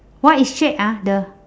what is shade ah the